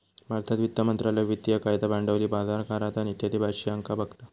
भारतात वित्त मंत्रालय वित्तिय कायदा, भांडवली बाजार, कराधान इत्यादी विषयांका बघता